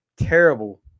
terrible